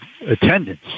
attendance